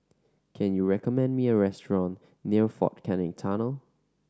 can you recommend me a restaurant near Fort Canning Tunnel